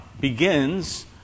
begins